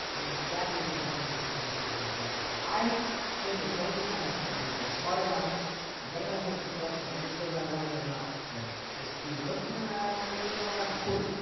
and then my factory can turn into something bigger in the future. so i pivoted so many times and i was smart enough and read enough business books and understood what i wanted enough to just be looking around, looking around a boom.